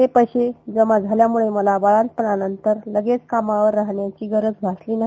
हे पैशे जमा झाल्याम्रळं मला बाळंतपणानंतर लगेच कामावर जाण्याची गरज भासली नाही